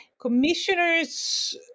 Commissioners